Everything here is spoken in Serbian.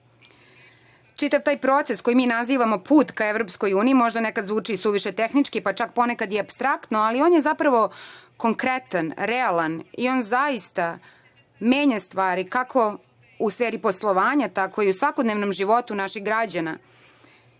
taj proces koji mi nazivamo put ka Evropskoj Uniji možda nekad zvuči suviše tehnički, pa ponekad i apstraktno, ali on je zapravo konkretan, realan i on zaista menja stvari, kako u sferi poslovanja, tako i u svakodnevnom životu naših građana.